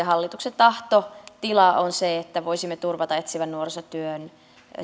hallituksen tahtotila on se että voisimme turvata etsivän nuorisotyön